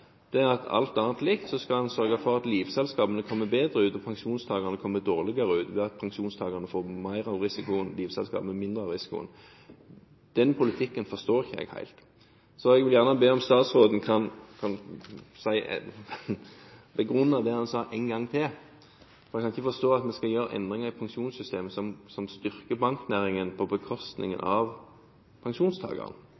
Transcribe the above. alt annet likt – er å sørge for at livselskapene kommer bedre ut og pensjonstakerne kommer dårligere ut, ved at pensjonstakerne får mer av risikoen og livselskapene mindre av risikoen. Den politikken forstår jeg ikke helt. Jeg vil gjerne at statsråden begrunner det han sa, en gang til. Jeg kan ikke forstå at man skal gjøre endringer i pensjonssystemet som styrker banknæringen på